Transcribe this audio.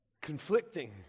conflicting